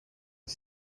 are